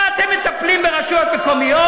מה אתם מטפלים ברשויות מקומיות?